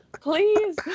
please